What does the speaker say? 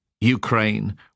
Ukraine